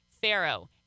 Pharaoh